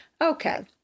okay